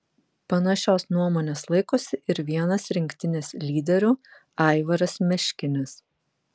panašios nuomonės laikosi ir vienas rinktinės lyderių aivaras meškinis